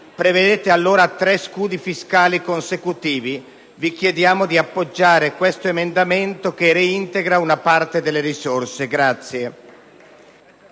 prevedete forse tre scudi fiscali consecutivi? Vi chiediamo di appoggiare questo emendamento che reintegra parte delle risorse.